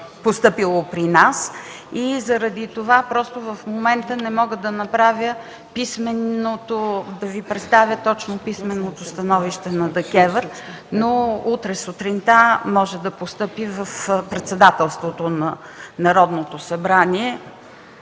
постъпило при нас и заради това просто в момента не мога да Ви представя точно писменото становище на ДКЕВР, но утре сутринта може да постъпи в Председателството на Народното събрание